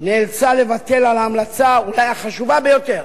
נאלצה לוותר על ההמלצה אולי החשובה ביותר,